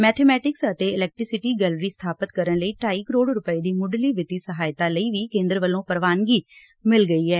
mathematics ਅਤੇ electricity gallery ਸਬਾਪਤ ਕਰਨ ਲਈ ਢਾਈ ਕਰੋੜ ਰੁਪਏ ਦੀ ਮੁਢਲੀ ਵਿੱਤੀ ਸਹਾਇਤਾ ਲਈ ਵੀ ਕੇਂਦਰ ਵੱਲੋਂ ਪ੍ਰਵਾਨਗੀ ਮਿਲ ਗਈ ਐ